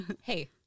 Hey